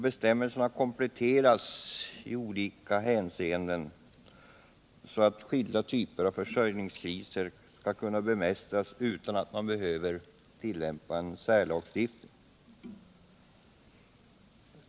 Bestämmelserna har kompletterats i olika avseenden för att skilda typer av försörjningskriser skall kunna bemästras utan att man behöver tillgripa särlagstiftning.